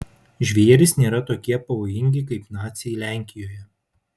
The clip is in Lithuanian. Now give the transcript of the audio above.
žvėrys nėra tokie pavojingi kaip naciai lenkijoje